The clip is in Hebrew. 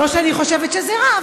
לא שאני חושבת שזה רע,